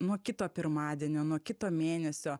nuo kito pirmadienio nuo kito mėnesio